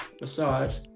Massage